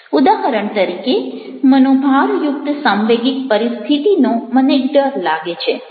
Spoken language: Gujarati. ઉદાહરણ તરીકે મનોભારયુક્ત સાંવેગિક પરિસ્થિતિનો મને ડર લાગે છે